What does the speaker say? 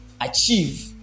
achieve